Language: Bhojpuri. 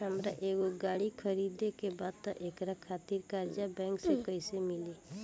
हमरा एगो गाड़ी खरीदे के बा त एकरा खातिर कर्जा बैंक से कईसे मिली?